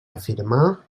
afirmà